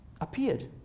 appeared